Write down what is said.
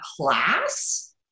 class